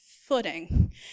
footing